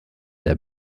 der